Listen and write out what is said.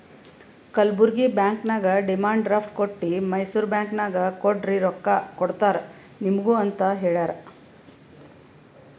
Kalburgi bank ನಾಗ್ demand draft ಕೊಟ್ಟಿ Mysore bank ನಾಗ್ ಕೊಡ್ರಿ ರೊಕ್ಕಾ ಕೊಡ್ತಾರ ನಿಮುಗ ಅಂತ್ ಹೇಳ್ಯಾರ್